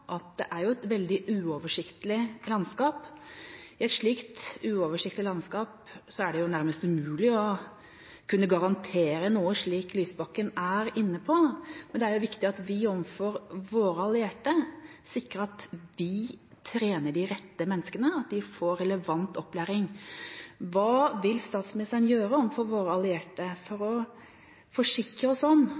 at det er et veldig uoversiktlig landskap. I et slikt uoversiktlig landskap er det nærmest umulig å kunne garantere noe, slik Lysbakken er inne på. Men det er viktig at vi, overfor våre allierte, sikrer at vi trener de rette menneskene, og at de får relevant opplæring. Hva vil statsministeren gjøre overfor våre allierte for å forsikre oss om